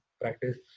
practice